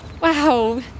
Wow